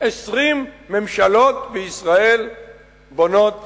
20 ממשלות בישראל בונות